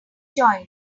join